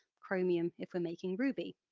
chromium if we're making ruby.